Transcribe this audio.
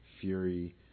Fury